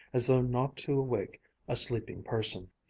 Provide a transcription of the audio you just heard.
as though not to awake a sleeping person.